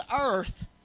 earth